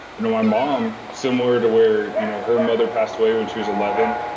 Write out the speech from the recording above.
you know my mom, similar to where you know her mother passed away when she was eleven,